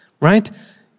right